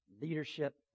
leadership